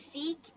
seek